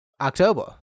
October